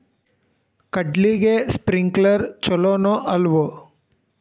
ಕಡ್ಲಿಗೆ ಸ್ಪ್ರಿಂಕ್ಲರ್ ಛಲೋನೋ ಅಲ್ವೋ?